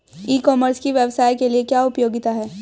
ई commerce की व्यवसाय के लिए क्या उपयोगिता है?